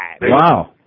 Wow